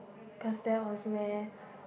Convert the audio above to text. cause that was where